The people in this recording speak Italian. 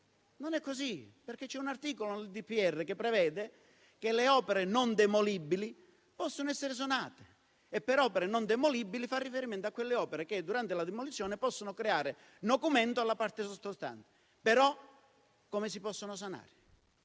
Non è così, perché un articolo del DPR sull'edilizia prevede che le opere non demolibili possono essere sanate. Per opere non demolibili, si fa riferimento a quelle opere che durante la demolizione possono creare nocumento alla parte sottostante. Però, come si possono sanare?